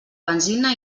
benzina